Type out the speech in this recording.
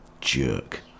jerk